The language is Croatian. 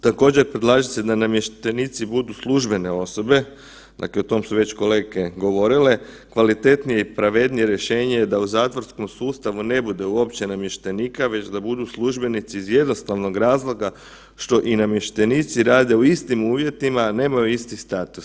Također, predlaže se da namještenici budu službene osobe, dakle o tom su već kolege govorile, kvalitetnije i pravednije rješenje je da u zatvorskom sustavu ne bude uopće namještenika, već da budu službenici iz jednostavnog razloga što i namještenici rade u istim uvjetima, a nemaju isti status.